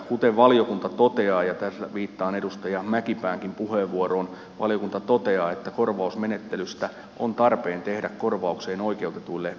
kuten valiokunta toteaa ja tässä viittaan edustaja mäkipäänkin puheenvuoroon korvausmenettelystä on tarpeen tehdä korvaukseen oikeutetuille mahdollisimman joustavaa